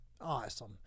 Awesome